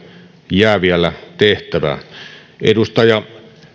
jää vielä tehtävää edustaja